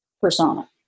persona